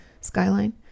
skyline